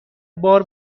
بار